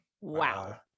Wow